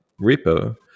repo